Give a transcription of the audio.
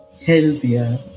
healthier